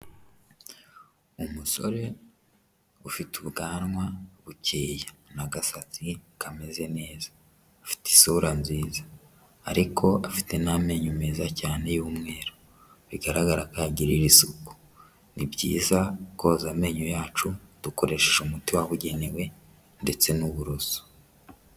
Umusore ufite ubwanwa bukeya n'agasatsi kameze neza, afite isura nziza ariko afite n'amenyo meza cyane y'umweru bigaragarako ayagirira isuku, ni byiza koza amenyo yacu dukoresheje umuti wabugenewe ndetse n'uburoso.